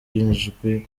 ijwi